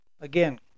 again